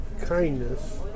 kindness